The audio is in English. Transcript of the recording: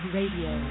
Radio